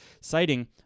citing